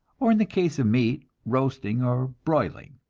or in the case of meat, roasting or broiling.